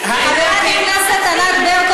חברת הכנסת ענת ברקו,